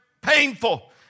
painful